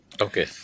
Okay